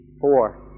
four